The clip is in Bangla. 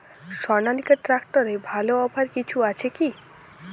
সনালিকা ট্রাক্টরে ভালো অফার কিছু আছে কি?